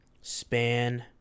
span